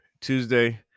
Tuesday